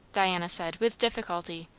diana said with difficulty,